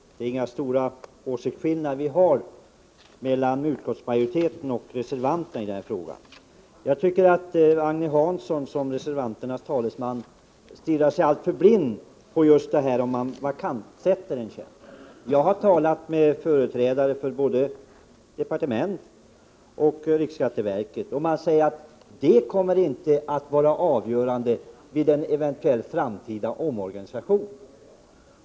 Herr talman! Det är inga stora åsiktsskillnader som råder mellan utskottsmajoriteten och reservanterna i den här frågan. Jag tycker att Agne Hansson som reservanternas talesman stirrar sig blind på att man vakantsätter en tjänst. Jag har talat med företrädare för både departementet och riksskatteverket, och de säger att detta inte kommer att vara avgörande vid en eventuell framtida omorganisation.